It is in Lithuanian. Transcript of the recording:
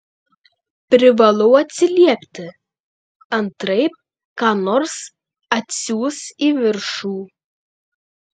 privalau atsiliepti antraip ką nors atsiųs į viršų